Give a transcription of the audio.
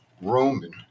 Roman